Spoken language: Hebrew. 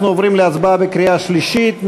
אנחנו עוברים להצבעה בקריאה שלישית.